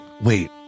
Wait